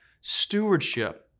stewardship